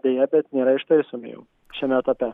deja bet nėra ištaisomi jau šiame etape